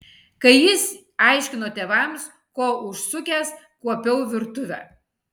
kai jis aiškino tėvams ko užsukęs kuopiau virtuvę